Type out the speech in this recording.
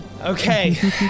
Okay